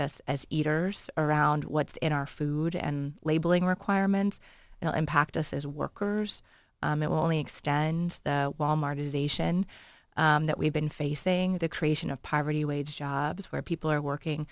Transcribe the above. us as eaters around what's in our food and labeling requirements impact us as workers it will only extend the wal mart is ation that we've been facing the creation of poverty wage jobs where people are working